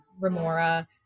remora